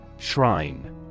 Shrine